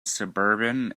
suburban